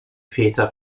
väter